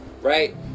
Right